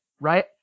right